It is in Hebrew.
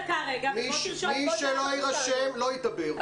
מי שלא יירשם לא ידבר.